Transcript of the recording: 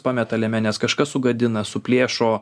pameta liemenes kažkas sugadina suplėšo